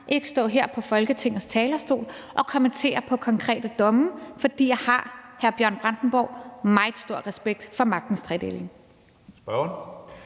ikke stå her på Folketingets talerstol og kommentere på konkrete domme, for jeg har, hr. Bjørn Brandenborg, meget stor respekt for magtens tredeling.